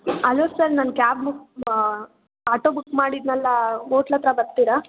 hello sir ನಾನು cab book auto book ಮಾಡಿದ್ದೆನಲ್ಲ hotel ಹತ್ರ ಬರ್ತೀರಾ